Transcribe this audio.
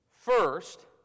first